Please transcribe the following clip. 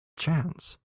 chance